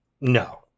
No